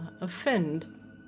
offend